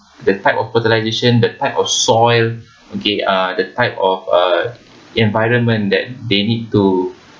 the type of fertilisation the type of soil okay uh the type of uh environment that they need to